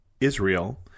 Israel